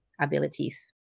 abilities